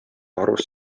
arvas